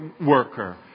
worker